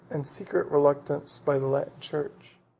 and secret reluctance, by the latin church.